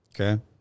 Okay